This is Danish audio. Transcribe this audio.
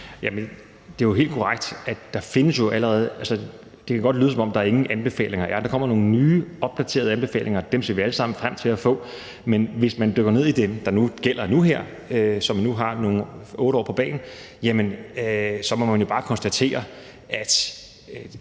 det kan godt lyde, som om der ingen anbefalinger er, men der kommer nogle nye opdaterede anbefalinger, og dem ser vi alle sammen frem til at få. Men hvis man dykker ned i dem, der gælder nu her, og som nu har 8 år på bagen, må man jo bare konstatere, at